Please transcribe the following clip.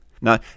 Now